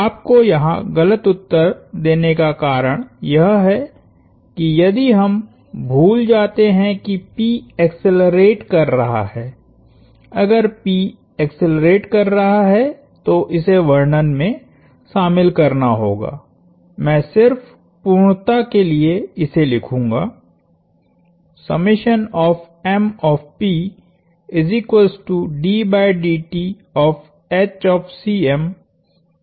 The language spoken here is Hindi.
आपके यहाँ गलत उत्तर देने का कारण यह है कि यदि हम भूल जाते हैं कि P एक्सेलरेट कर रहा है अगर P एक्सेलरेट कर रहा तो इसे वर्णन में शामिल करना होगा मैं सिर्फ पूर्णता के लिए इसे लिखूंगा